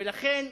ולכן,